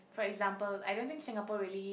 for example I don't think Singapore really